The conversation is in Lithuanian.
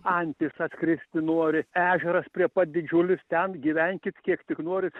antis atskristi nori ežeras prie pat didžiulis ten gyvenkit kiek tik norit